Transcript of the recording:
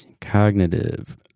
Cognitive